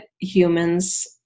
humans